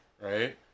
Right